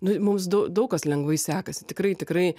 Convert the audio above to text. nu mums da daug kas lengvai sekasi tikrai tikrai